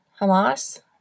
Hamas